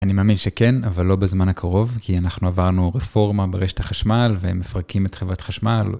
אני מאמין שכן, אבל לא בזמן הקרוב, כי אנחנו עברנו רפורמה ברשת החשמל והם מפרקים את חברת חשמל.